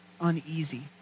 uneasy